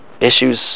Issues